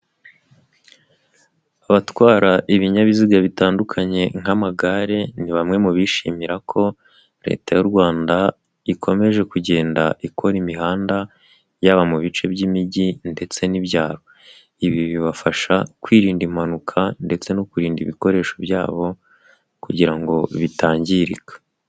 Abatwara ibinyabiziga bitandukanye nk'amagare ni bamwe mu bishimira ko leta y'u Rwanda ikomeje kugenda ikora imihanda yaba mu bice by'imijyi ndetse n'ibyaro. Ibi bibafasha kwirinda impanuka ndetse no kurinda ibikoresho byabo kugira ngo bitangirika.